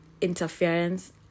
interference